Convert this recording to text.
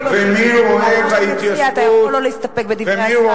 אתה יכול לא להסתפק בדברי השר.